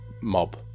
mob